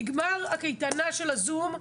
נגמר הקייטנה של הזום.